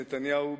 נתניהו,